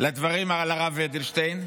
לדברים על הרב אדלשטיין.